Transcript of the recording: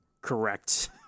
Correct